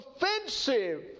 offensive